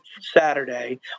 Saturday